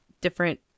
different